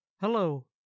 Hello